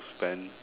spend